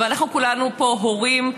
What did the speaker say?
ואנחנו כולנו פה הורים,